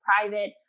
private